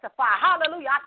Hallelujah